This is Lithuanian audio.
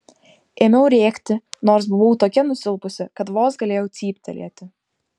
ėmiau rėkti nors buvau tokia nusilpusi kad vos galėjau cyptelėti